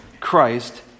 Christ